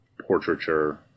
portraiture